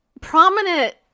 prominent